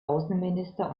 außenminister